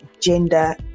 gender